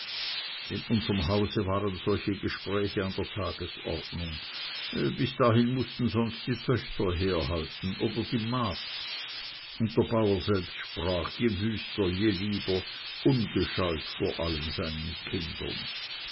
in unserem hause waren solche gespräche an der tagesordnung bis dahin mußten sonst die töchter herhalten oder die magd und der bauer selbst sprach je wüster je lieber ungescheut vor allen seinen kindern